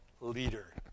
leader